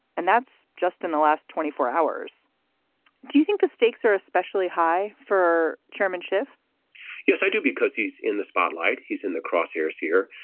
and that's just in the last twenty four hours do you think the stakes are especially high for chairmanship yes i do because he's in the spotlight. he's in the crosshairs here.